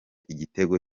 igitego